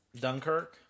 Dunkirk